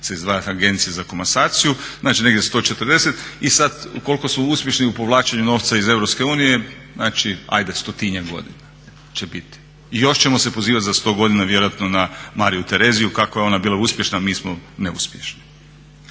izdvajati Agenciji za komasaciju, znači negdje 140. I sad koliko su uspješni u povlačenju novca iz EU, znači hajde stotinjak godina će biti. I još ćemo se pozivati za sto godina vjerojatno na Mariju Tereziju kako je ona bila uspješna, a mi smo neuspješni.